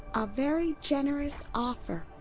a very generous offer.